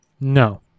No